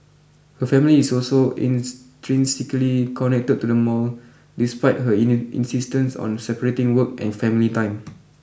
her family is also intrinsically connected to the mall despite her insistence on separating work and family time